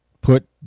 put